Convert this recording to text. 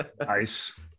Nice